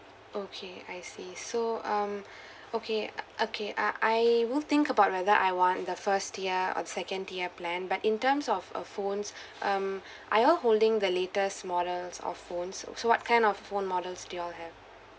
okay I see so um okay uh okay uh I would think about whether I want the first tier or the second tier plan but in terms of a phones um are y'all holding the latest models of phone so so what kind of phone models do y'all have